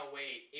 wait